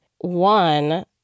One